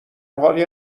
حالی